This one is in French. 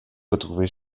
retrouvées